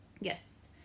Yes